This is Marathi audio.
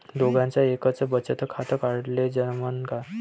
दोघाच एकच बचत खातं काढाले जमनं का?